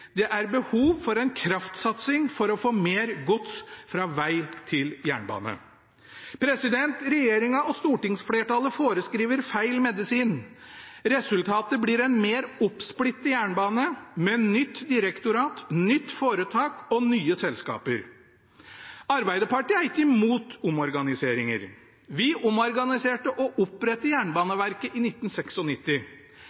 Det er behov for en kraftsatsing for å få mer gods fra veg til jernbane. Regjeringen og stortingsflertallet forskriver feil medisin. Resultatet blir en mer oppsplittet jernbane, med nytt direktorat, nytt foretak og nye selskaper. Arbeiderpartiet er ikke imot omorganiseringer. Vi omorganiserte og opprettet Jernbaneverket i